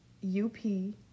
U-P